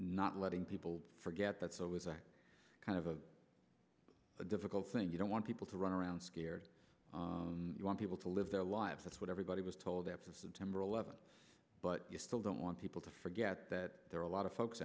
not letting people forget that so is a kind of a difficult thing you don't want people to run around scared you want people to live their lives that's what everybody was told after september eleventh but you still don't want people to forget that there are a lot of folks